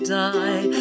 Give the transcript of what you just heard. die